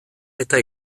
eta